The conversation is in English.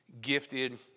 gifted